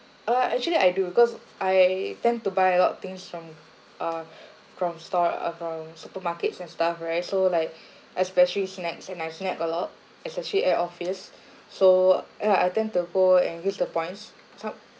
uh actually I do cause I tend to buy a lot of things from uh from store uh from supermarkets and stuff right so like especially snacks and I snack a lot especially at office so ya I tend to go and use the points some